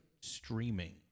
streaming